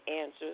answers